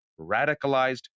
radicalized